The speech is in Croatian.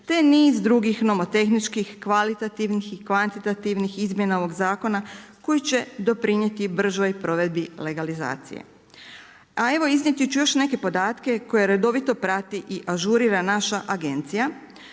te niz drugih novo-tehničkih kvalitativnih i kvantitativnih izmjena ovog zakona koji će doprinijeti bržoj provedbi legalizacije. A evo iznijeti ću još neke podatke koje redovito prati i ažurira naša agencija.